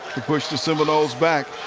to push the seminoles back.